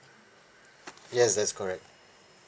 yes that's correct